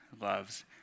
loves